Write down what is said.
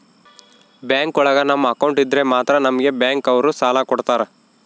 bank ಒಳಗ ನಮ್ account ಇದ್ರೆ ಮಾತ್ರ ನಮ್ಗೆ ಬ್ಯಾಂಕ್ ಅವ್ರು ಸಾಲ ಕೊಡ್ತಾರ